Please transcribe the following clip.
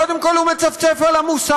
קודם כול, הוא מצפצף על המוסר: